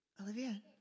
Olivia